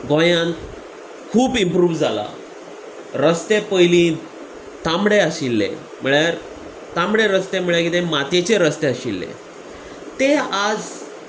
गोंयान खूब इम्प्रूव जाला रस्ते पयली तांबडे आशिल्ले म्हळ्यार तांबडे रस्ते म्हळ्यार कितें मातयेचे रस्ते आशिल्ले ते आज